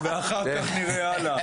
ואחר כך נראה מה הלאה.